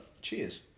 cheers